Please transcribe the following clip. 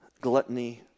gluttony